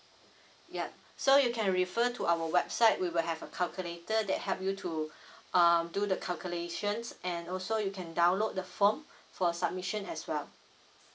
yup so you can refer to our website we will have a calculator that help you to um do the calculations and also you can download the form for submission as well